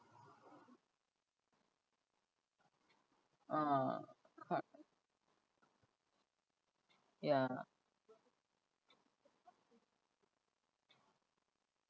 uh correct ya